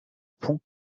pont